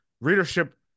readership